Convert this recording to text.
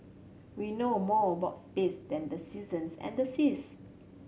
we know more about space than the seasons and the seas